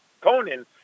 Conan